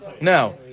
Now